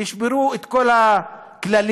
תשברו את כל הכללים,